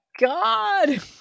God